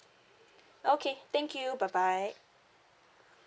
okay thank you bye bye